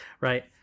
right